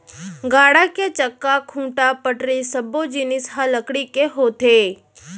गाड़ा के चक्का, खूंटा, पटरी सब्बो जिनिस ह लकड़ी के होथे